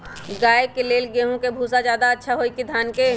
गाय के ले गेंहू के भूसा ज्यादा अच्छा होई की धान के?